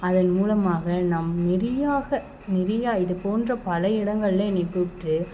அதன் மூலமாக நாம் நெறையாக நிறையா இது போன்ற பல இடங்களில் என்னை கூப்பிட்டு